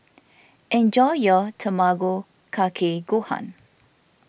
enjoy your Tamago Kake Gohan